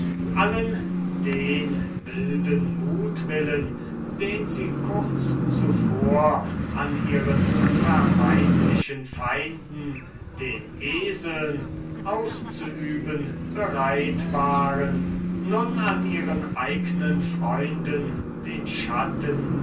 allen den wilden mutwillen den sie kurz zuvor an ihren vermeintlichen feinden den eseln auszuüben bereit waren nun an ihren eignen freunden den schatten